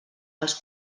als